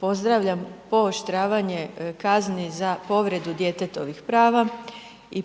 pozdravljam pooštravanje kazni za povredu djetetovih prava i